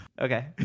Okay